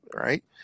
Right